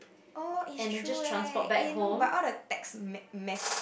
oh it's true eh no but all the text mess~ mess